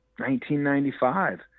1995